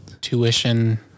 tuition